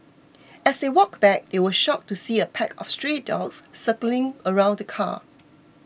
as they walked back they were shocked to see a pack of stray dogs circling around the car